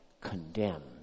condemned